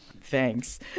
Thanks